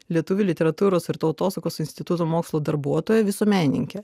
lietuvių literatūros ir tautosakos instituto mokslo darbuotoja visuomenininkė